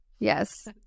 Yes